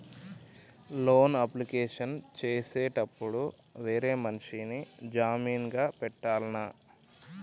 Loan application చేసేటప్పుడు వేరే మనిషిని జామీన్ గా పెట్టాల్నా?